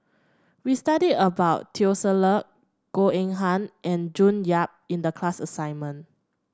we studied about Teo Ser Luck Goh Eng Han and June Yap in the class assignment